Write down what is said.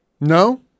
No